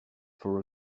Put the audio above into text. for